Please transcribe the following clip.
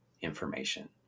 information